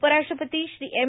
उपराष्ट्रपती श्री एम